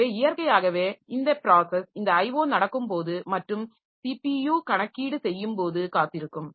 எனவே இயற்கையாகவே இந்த பிராஸஸ் இந்த IO நடக்கும் போது மற்றும் சிபியு கணக்கீடு செய்யும் போது காத்திருக்கும்